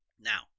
Now